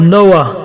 Noah